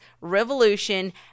revolution